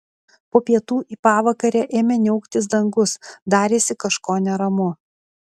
po pietų į pavakarę ėmė niauktis dangus darėsi kažko neramu